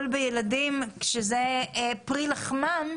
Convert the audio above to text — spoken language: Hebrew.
בתרופות, שהן הרבה יותר מסוכנות מאשר קנאביס,